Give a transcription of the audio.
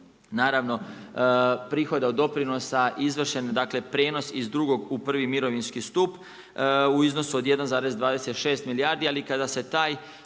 naravno, prihoda od doprinosa, izvršen, dakle, iz drugog u prvi mirovinski stup u iznosu od 1,26 milijardi, ali kada se taj